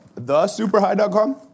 thesuperhigh.com